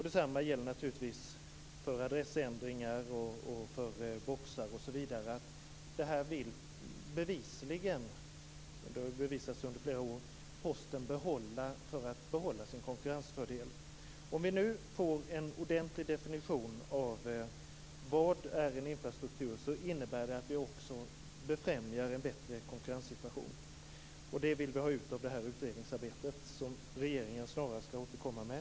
Detsamma gäller naturligtvis för adressändringar och för boxar, osv., nämligen att Posten bevisligen - det har bevisats under flera år - vill behålla dem för att behålla sin konkurrensfördel. Om vi nu får en ordentlig definition av vad en infrastruktur är, innebär det också att vi befrämjar en bättre konkurrenssituation. Och det vill vi ha ut av det utredningsarbete som regeringen snarast skall återkomma med.